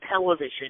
television